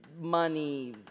money